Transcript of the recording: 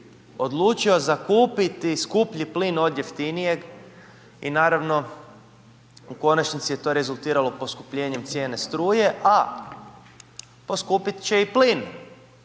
odlučio zakupiti skuplji plin od jeftinijeg i naravno u konačnici je to rezultiralo poskupljenjem cijene struje a poskupiti će i plin.